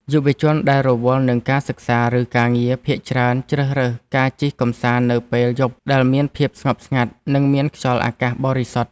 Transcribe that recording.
យុវជនដែលរវល់នឹងការសិក្សា ឬការងារ ភាគច្រើនជ្រើសរើសការជិះកម្សាន្តនៅពេលយប់ដែលមានភាពស្ងប់ស្ងាត់ និងមានខ្យល់អាកាសបរិសុទ្ធ។